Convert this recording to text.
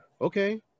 Okay